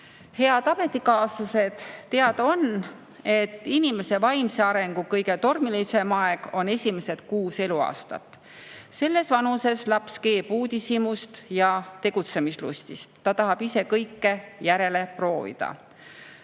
ametikaaslased! Teada on, et inimese vaimse arengu kõige tormilisem aeg on esimesed kuus eluaastat. Selles vanuses laps keeb uudishimust ja tegutsemislustist, ta tahab ise kõike järele proovida.